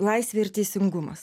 laisvė ir teisingumas